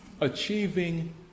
achieving